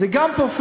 אז זה גם פריפריה.